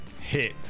hit